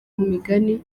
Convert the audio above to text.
migani